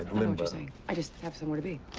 i just have somewhere to be.